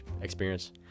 experience